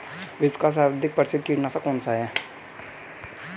विश्व का सर्वाधिक प्रसिद्ध कीटनाशक कौन सा है?